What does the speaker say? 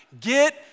Get